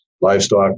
livestock